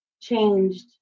changed